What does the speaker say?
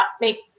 make